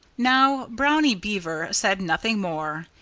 now, brownie beaver said nothing more.